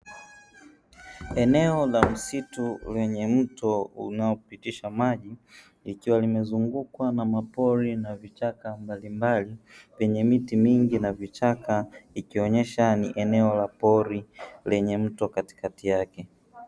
Eneo la msitu lenye mto unaopitisha maji likiwa limezungukwa na mapori na vichaka mbalimbali vyenye miti mingi na vichaka ikionyesha ni eneo la pori lenye mto katikati yake.